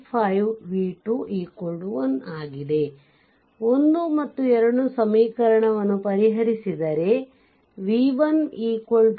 5 v2 1 ಆಗಿದೆ 1 ಮತ್ತು 2 ಸಮೀಕರಣವನ್ನು ಪರಿಹರಿಹಾರಿಸಿದರೆ v1 10